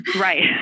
Right